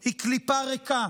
היא קליפה ריקה,